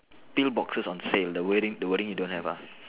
peel boxes on sale the wording the wording you don't have ah